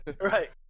Right